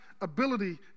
ability